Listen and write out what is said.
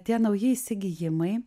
tie nauji įsigijimai